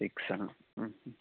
six